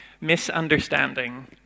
misunderstanding